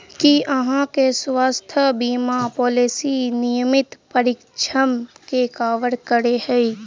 की अहाँ केँ स्वास्थ्य बीमा पॉलिसी नियमित परीक्षणसभ केँ कवर करे है?